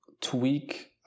tweak